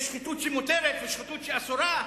יש שחיתות שמותרת ושחיתות שאסורה?